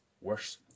worse